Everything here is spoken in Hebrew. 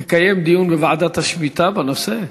נקיים דיון בוועדת השמיטה בנושא?